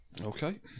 Okay